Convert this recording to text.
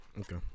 Okay